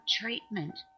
treatment